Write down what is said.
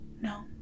No